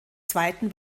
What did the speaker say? zweiten